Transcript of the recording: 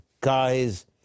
guys